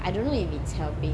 I don't know if it's helping